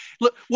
look